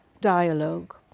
dialogue